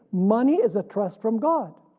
money is a trust from god.